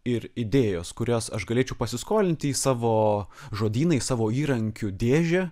ir idėjos kurias aš galėčiau pasiskolinti į savo žodyną į savo įrankių dėžę